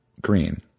Green